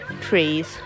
trees